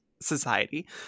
society